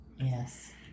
Yes